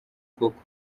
koko